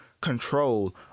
control